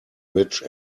rich